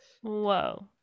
whoa